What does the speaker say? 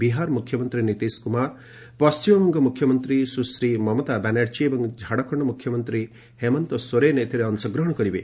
ବିହାର ମୁଖ୍ୟମନ୍ତ୍ରୀ ନୀତିଶ କୁମାର ପଶ୍ଚିମବଙ୍ଗ ମୁଖ୍ୟମନ୍ତ୍ରୀ ସୁଶ୍ରୀ ମମତା ବାନାର୍ଜୀ ଏବଂ ଝାଡ଼ଖଣ୍ଡ ମୁଖ୍ୟମନ୍ତ୍ରୀ ହେମନ୍ତ ସୋରେନ ଏଥିରେ ଅଂଶଗ୍ରହଣ କରିବେ